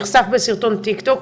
נחשף בסרטון טיקטוק,